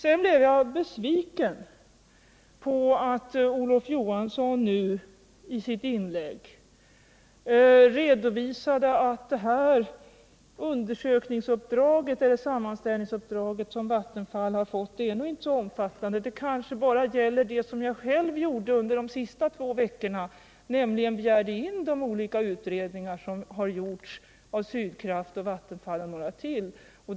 Jag blev besviken över att Olof Johansson i sitt inlägg redovisade att sammanställningsuppdraget som Vattenfall har fått inte är så omfattande — det kanske bara gäller det jag gjort själv under de senaste två veckorna, nämligen att begära in de olika utredningar som har gjorts av Sydkraft och Vattenfall och några till.